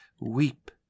weep